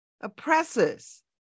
oppressors